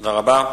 תודה רבה.